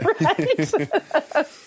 right